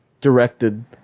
directed